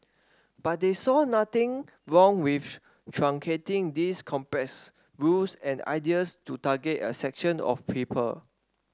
but they saw nothing wrong with truncating these complex rules and ideas to target a section of people